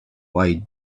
why